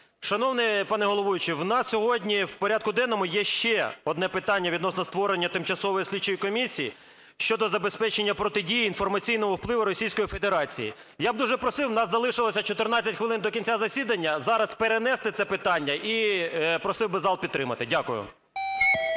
Шановний пане головуючий, в нас сьогодні в порядку денному є ще одне питання - відносно створення Тимчасової слідчої комісії щодо забезпечення протидії інформаційному впливу Російської Федерації. Я б дуже просив, в нас залишилося 14 хвилин до кінця засідання, зараз перенести це питання і просив би зал підтримати. Дякую.